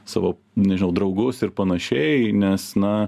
savo nežinau draugaus ir panašiai nes na